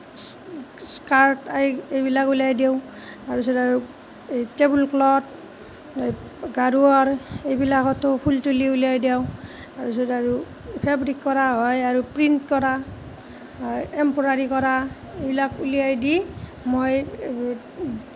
skirt এই এইবিলাক উলিয়াই দিওঁ তাৰপিছত আৰু এই টেবুল ক্লঠ এই গাৰুৱাৰ এইবিলাকতো ফুল তুলি উলিয়াই দিওঁ তাৰপাছত আৰু ফেব্ৰিক কৰা হয় আৰু প্ৰিণ্ট কৰা এমব্ৰইডাৰী কৰা এইবিলাক উলিয়াই দি মই